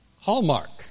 Hallmark